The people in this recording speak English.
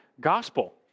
gospel